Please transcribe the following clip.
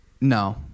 no